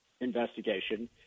investigation